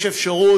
יש אפשרות,